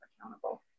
accountable